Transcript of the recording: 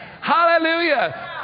Hallelujah